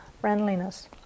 friendliness